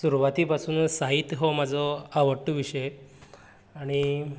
सुरवाती पासूनच साहित्य हो म्हाजो आवडटो विशय आनी